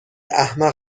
احمق